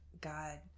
God